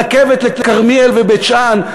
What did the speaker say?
הרכבת לכרמיאל ובית-שאן,